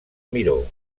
miró